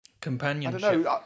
companionship